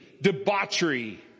debauchery